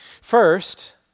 First